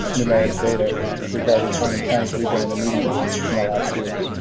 numeric data regarding how many times we've been in the media in the last year.